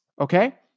okay